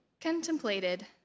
contemplated